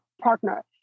partner